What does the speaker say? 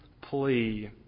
plea